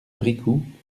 bricout